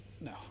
no